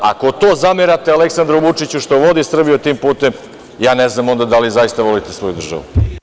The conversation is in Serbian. Ako to zamerate Aleksandru Vučiću što vodi Srbiju tim putem, ja znam onda da li zaista volite svoju državu.